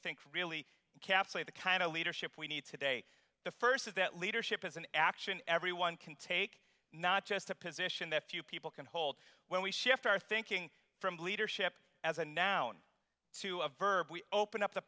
think really capture the kind of leadership we need today the first is that leadership is an action everyone can take not just a position that few people can hold when we shift our thinking from leadership as a noun to a verb we open up the